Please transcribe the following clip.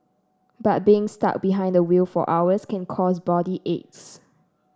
but being stuck behind the wheel for hours can cause body aches